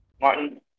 Martin